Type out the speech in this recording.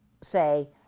say